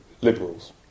liberals